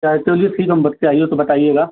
या toll free number से आई हो तो बताइएगा